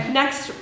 next